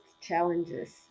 challenges